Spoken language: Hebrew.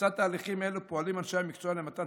לצד תהליכים אלו פועלים אנשי המקצוע למתן